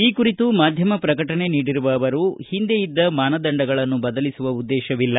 ಈ ಕುರಿತು ಮಾಧ್ಯಮ ಪ್ರಕಟಣೆ ನೀಡಿರುವ ಅವರು ಹಿಂದೆ ಇದ್ದ ಮಾನದಂಡಗಳನ್ನು ಬದಲಿಸುವ ಉದ್ದೇಶವಿಲ್ಲ